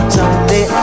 Someday